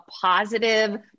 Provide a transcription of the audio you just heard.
positive